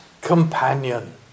Companion